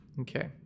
Okay